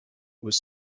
was